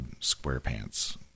SquarePants